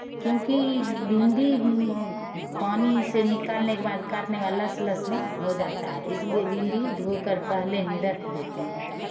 क्योंकि भिंडी पानी से निकालने के बाद काटने के बाद लस लस हो जाता है इसलिए भिंडी धो कर पहले ही रख देते हैं